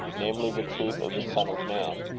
namely, the truth of the son of man,